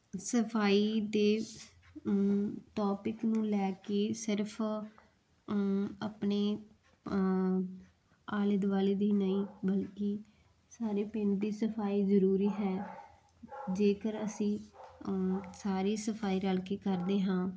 ਸਫਾਈ ਦੇ ਟੋਪਿਕ ਨੂੰ ਲੈ ਕੇ ਸਿਰਫ ਆਪਣੇ ਆਲੇ ਦੁਆਲੇ ਦੀ ਨਹੀਂ ਬਲਕਿ ਸਾਰੇ ਪਿੰਡ ਦੀ ਸਫਾਈ ਜ਼ਰੂਰੀ ਹੈ ਜੇਕਰ ਅਸੀਂ ਸਾਰੀ ਸਫਾਈ ਰਲਕੇ ਕਰਦੇ ਹਾਂ